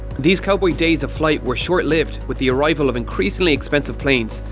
these cowboy days of flight were short-lived, with the arrival of increasingly expensive planes,